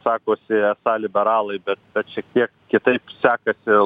sakosi esą liberalai bet kad šiek tiek kitaip sekasi